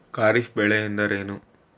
ಖಾರಿಫ್ ಬೆಳೆ ಎಂದರೇನು?